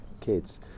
kids